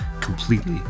completely